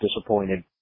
disappointed